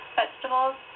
vegetables